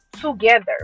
together